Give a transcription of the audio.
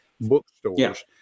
bookstores